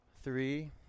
Three